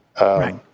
right